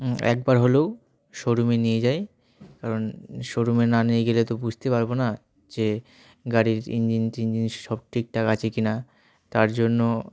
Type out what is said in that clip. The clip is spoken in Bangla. একবার হলেও শোরুমে নিয়ে যাই কারণ শোরুমে না নিয়ে গেলে তো বুঝতেই পারবো না যে গাড়ির ইঞ্জিন টিঞ্জিন সব ঠিক ঠাক আছে কি না তার জন্য